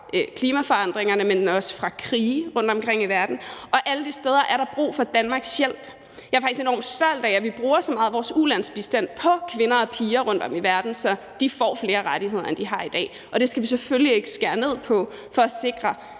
klimaforandringerne, men også fra krige rundtomkring i verden. Alle de steder er der brug for Danmarks hjælp. Jeg er faktisk enormt stolt af, at vi bruger så meget af vores ulandsbistand på kvinder og piger rundtom i verden, så de får flere rettigheder, end de har i dag, og det skal vi selvfølgelig ikke skære ned på for at sikre